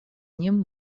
ним